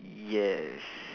yes